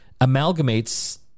amalgamates